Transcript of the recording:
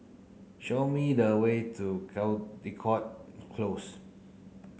show me the way to Caldecott Close